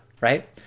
right